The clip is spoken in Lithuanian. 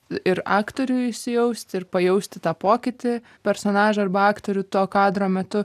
ir aktoriui įsijausti ir pajausti tą pokytį personažą arba aktorių to kadro metu